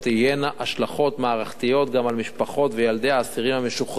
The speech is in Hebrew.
השלכות מערכתיות גם על משפחות וילדי האסירים המשוחררים,